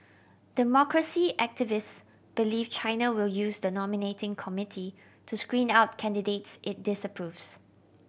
democracy activists believe China will use the nominating committee to screen out candidates it disapproves